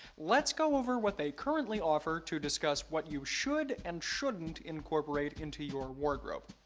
let's go over what they currently offer to discuss what you should and shouldn't incorporate into your wardrobe.